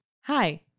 Hi